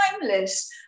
timeless